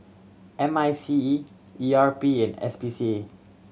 M I C E E R P and S P C A